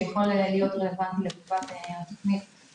כשגם שר הרווחה הקים צוות בנושא הזה במיוחד.